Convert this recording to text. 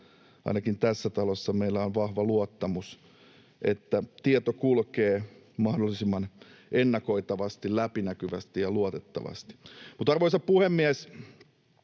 ainakin tässä talossa meillä on vahva luottamus, että tieto kulkee mahdollisimman ennakoitavasti, läpinäkyvästi ja luotettavasti. Arvoisa puhemies!